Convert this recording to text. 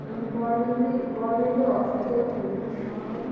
अनि गभर्मेन्टले गभर्मेन्टले हस्पिटल खोलेको छ